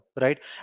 right